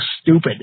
stupid